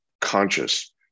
conscious